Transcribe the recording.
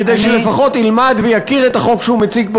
כדי שלפחות ילמד ויכיר את החוק שהוא מציג פה,